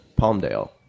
Palmdale